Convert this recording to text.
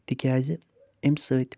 تِکیٛازِ اَمہِ سۭتۍ